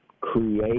create